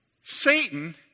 Satan